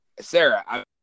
Sarah